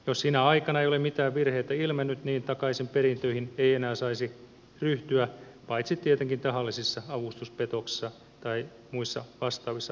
jos sinä aikana ei ole mitään virheitä ilmennyt niin takaisinperintöihin ei enää saisi ryhtyä paitsi tietenkin tahallisissa avustuspetoksissa tai muissa vastaavissa rikosasioissa